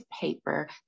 paper